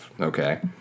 okay